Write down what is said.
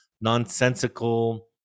nonsensical